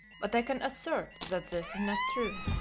but i can assert that this is not true.